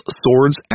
swords